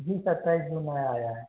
we सत्ताईस जो नया आया है